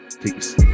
Peace